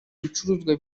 ibicuruzwa